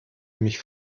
mich